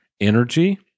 energy